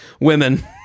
women